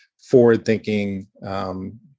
forward-thinking